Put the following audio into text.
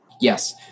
Yes